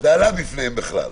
זה עלה בפניהם בכלל.